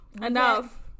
enough